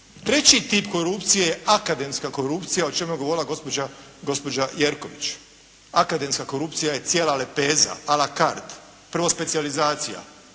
Treći tip korupcije je akademska korupcija o čemu je govorila gospođa Jerković. Akademska korupcija je cijela lepeza, a la card, prvo specijalizacija.